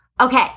Okay